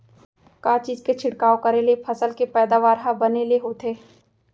का चीज के छिड़काव करें ले फसल के पैदावार ह बने ले होथे?